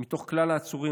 מתוך כלל העצורים,